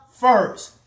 First